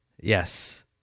Yes